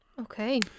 Okay